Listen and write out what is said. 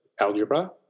algebra